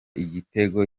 igitego